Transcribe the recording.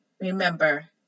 remember